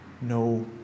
no